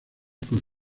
con